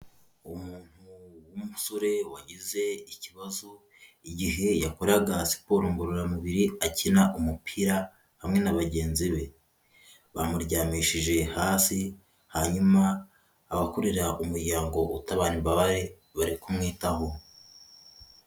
Umuntu w'umusore wagize ikibazo igihe yakoraga siporo ngororamubiri akina umupira hamwe na bagenzi be, bamuryamishije hasi hanyuma abakorera umuryango utabara imbabare bari kumwitaho.